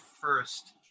first